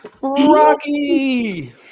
Rocky